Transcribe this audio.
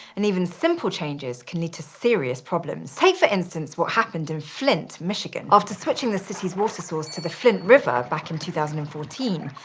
and even simple changes can lead to serious problems. take, for instance, what happened in flint, michigan. after switching the city's water source to the flint river back in two thousand and fourteen,